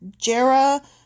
Jera